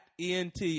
ENT